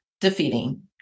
defeating